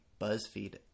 Buzzfeed